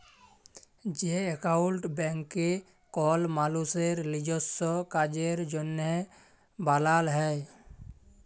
যে একাউল্ট ব্যাংকে কল মালুসের লিজস্য কাজের জ্যনহে বালাল হ্যয়